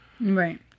right